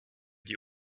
die